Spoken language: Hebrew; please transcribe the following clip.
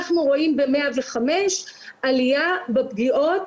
אנחנו רואים ב-105 עלייה בפגיעות